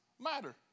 matter